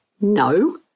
no